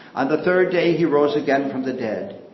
on the third day he rose again from the dead.